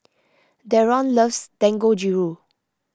Deron loves Dangojiru